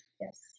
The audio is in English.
Yes